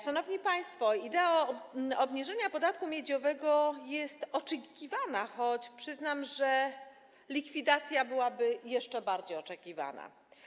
Szanowni państwo, idea obniżenia podatku miedziowego jest oczekiwana, choć przyznam, że likwidacja byłaby jeszcze bardziej oczekiwana.